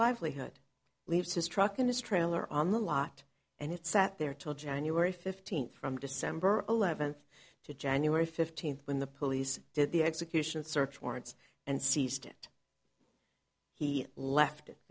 livelihood leaves his truck in his trailer on the lot and it sat there till january fifteenth from december eleventh to january fifteenth when the police did the execution search warrants and seized it he left it